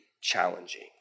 challenging